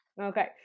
okay